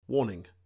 Warning